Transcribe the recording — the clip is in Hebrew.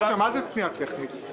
מה זה פנייה טכנית?